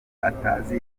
atazi